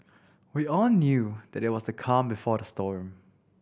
we all knew that it was the calm before the storm